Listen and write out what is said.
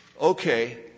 Okay